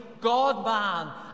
God-man